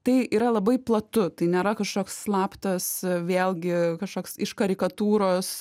tai yra labai platu tai nėra kažkoks slaptas vėlgi kažkoks iš karikatūros